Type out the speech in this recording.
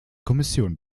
kommission